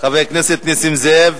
חבר הכנסת נסים זאב,